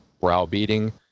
browbeating